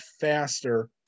faster